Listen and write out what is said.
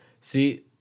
see